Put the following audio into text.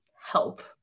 help